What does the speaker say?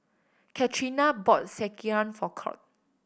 Catrina bought Sekihan for Colt